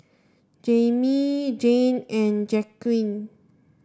Jayme Jane and Jacquez